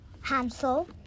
Hansel